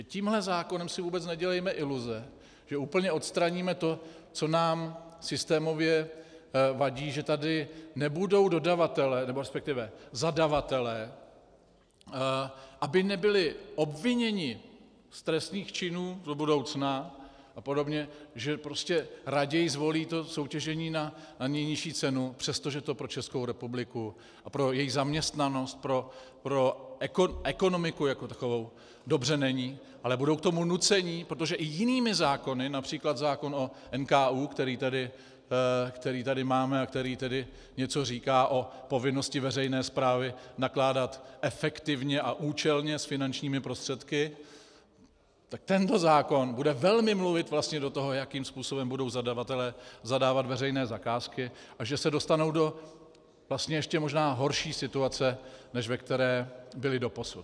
Takže s tímto zákonem si vůbec nedělejme iluze, že úplně odstraníme to, co nám systémově vadí, že tady nebudou dodavatelé, nebo resp. zadavatelé, aby nebyli obviněni z trestných činů do budoucna apod., že prostě raději zvolí to soutěžení na nejnižší cenu, přestože to pro Českou republiku a pro její zaměstnanost, pro ekonomiku jako takovou dobře není, ale budou k tomu nuceni, protože i jinými zákony, např. zákon o NKÚ, který tady máme a který tedy něco říká o povinnosti veřejné správy nakládat efektivně a účelně s finančními prostředky, tak tento zákon bude velmi mluvit vlastně do toho, jakým způsobem budou zadavatelé zadávat veřejné zakázky, a že se dostanou vlastně ještě možná horší situace, než ve které byli doposud.